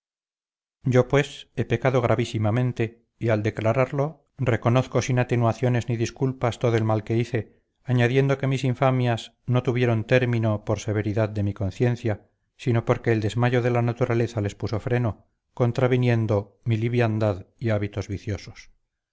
yo pues he pecado gravísimamente y al declararlo reconozco sin atenuaciones ni disculpas todo el mal que hice añadiendo que mis infamias no tu vieron término por severidad de mi conciencia sino porque el desmayo de la naturaleza les puso freno contraviniendo mi liviandad y hábitos viciosos